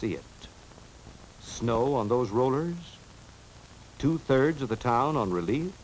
it snow on those rollers two thirds of the town on release